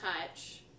touch